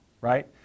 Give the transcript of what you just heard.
right